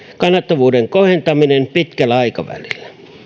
kannattavuuden kohentaminen pitkällä aikavälillä